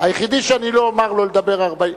היחידי שאני לא אומר לו לדבר 40,